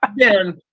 Again